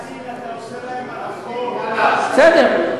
בסדר.